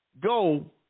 go